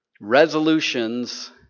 resolutions